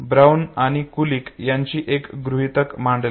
brown आणि Kulik यांनी एक गृहीतक मांडले